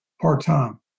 part-time